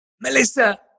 Melissa